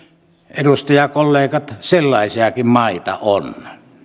edustajakollegat sellaisiakin maita on